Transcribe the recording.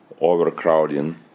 overcrowding